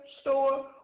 store